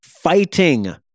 fighting